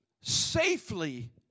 safely